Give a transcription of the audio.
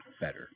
better